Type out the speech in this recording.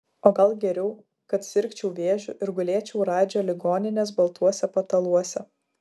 o gal geriau kad sirgčiau vėžiu ir gulėčiau radžio ligoninės baltuose pataluose